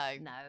no